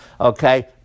Okay